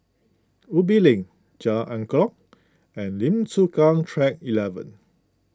Ubi Link Jalan Angklong and Lim Chu Kang Track eleven